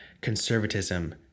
Conservatism